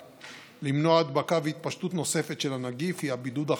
למנוע הדבקה והתפשטות נוספת של הנגיף היא הבידוד החברתי,